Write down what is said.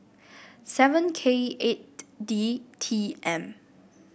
seven K eight D T M